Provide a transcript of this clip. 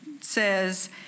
says